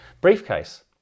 briefcase